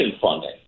funding